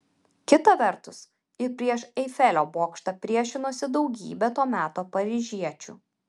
kita vertus ir prieš eifelio bokštą priešinosi daugybė to meto paryžiečių